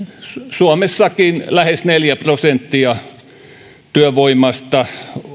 suomessakin lähes neljä prosenttia työvoimasta